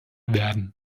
werden